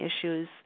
issues